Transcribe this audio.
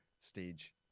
stage